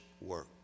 work